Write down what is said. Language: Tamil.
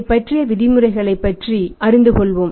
அதைப் பற்றிய வழிமுறையை பற்றி அறிந்து கொள்வோம்